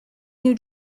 new